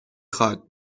خواد